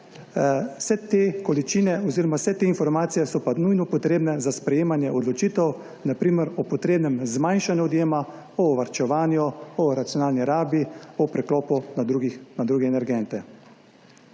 o količinah. Vse te informacije pa so nujno potrebne za sprejemanje odločitev na primer o potrebnem zmanjšanju odjema, o varčevanju, o racionalni rabi, o preklopu na druge energente.